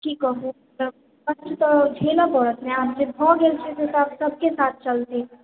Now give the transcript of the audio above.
कि कहु मतलब कष्ट तऽ झेलय पड़त ने आब जे भऽ गेल छै से तऽ आब सबके साथ चलते